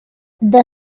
the